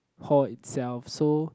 hall itself so